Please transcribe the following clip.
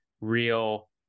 real